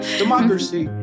democracy